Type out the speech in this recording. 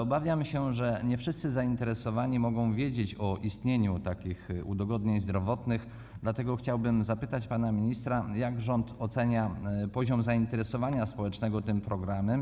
Obawiam się, że nie wszyscy zainteresowani mogą wiedzieć o istnieniu takich udogodnień zdrowotnych, dlatego chciałbym zapytać pana ministra, jak rząd ocenia poziom zainteresowania społecznego tym programem.